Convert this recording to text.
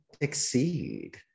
exceed